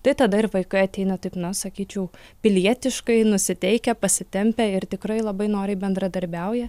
tai tada ir vaikai ateina taip na sakyčiau pilietiškai nusiteikę pasitempę ir tikrai labai noriai bendradarbiauja